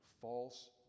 false